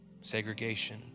segregation